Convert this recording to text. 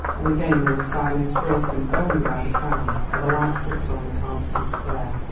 and again there was silence broken only by the sound of a light foot on the carpeted stair.